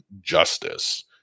justice